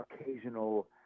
occasional